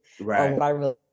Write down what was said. Right